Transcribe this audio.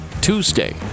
tuesday